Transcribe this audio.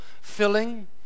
filling